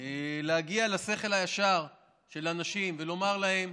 להגיע לשכל הישר של האנשים ולומר להם: